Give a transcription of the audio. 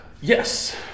Yes